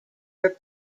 were